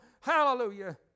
Hallelujah